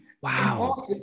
Wow